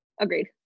Agreed